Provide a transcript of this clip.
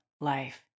life